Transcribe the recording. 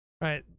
right